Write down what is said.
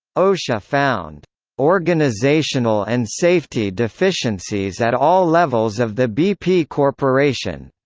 osha found organizational and safety deficiencies at all levels of the bp corporation